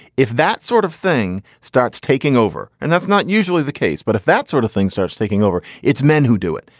if that sort of thing starts taking over and that's not usually the case. but if that sort of thing starts taking over, it's men who do it,